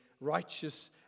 righteous